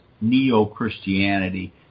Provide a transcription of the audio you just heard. neo-Christianity